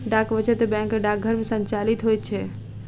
डाक वचत बैंक डाकघर मे संचालित होइत छै